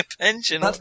pension